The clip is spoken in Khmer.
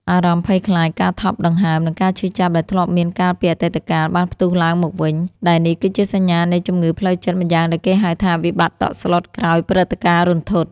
អារម្មណ៍ភ័យខ្លាច ការថប់ដង្ហើម និងការឈឺចាប់ដែលធ្លាប់មានកាលពីអតីតកាល បានផ្ទុះឡើងមកវិញ ដែលនេះគឺជាសញ្ញានៃជំងឺផ្លូវចិត្តម្យ៉ាងដែលគេហៅថា វិបត្តិតក់ស្លុតក្រោយព្រឹត្តិការណ៍រន្ធត់។